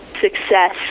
success